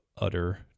utter